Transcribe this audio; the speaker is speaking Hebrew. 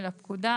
לפקודה,